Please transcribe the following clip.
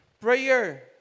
prayer